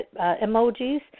emojis